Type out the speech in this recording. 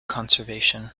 conservation